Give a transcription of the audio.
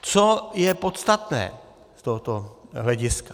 Co je podstatné z tohoto hlediska.